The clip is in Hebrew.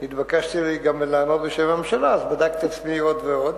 שגם התבקשתי לענות בשם הממשלה בדקתי את עצמי עוד ועוד.